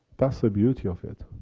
that's the beauty of it.